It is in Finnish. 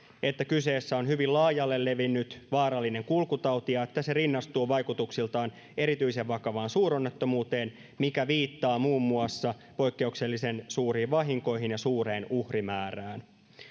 että kyseessä on hyvin laajalle levinnyt vaarallinen kulkutauti ja että se rinnastuu vaikutuksiltaan erityisen vakavaan suuronnettomuuteen mikä viittaa muun muassa poikkeuksellisen suuriin vahinkoihin ja suureen uhrimäärään